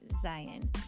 Zion